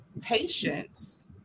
patience